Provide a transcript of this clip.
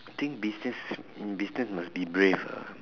I think business business must be brave ah